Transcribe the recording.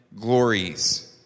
glories